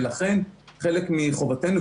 ולכן חלק מחובתנו,